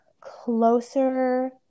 closer –